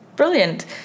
brilliant